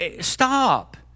stop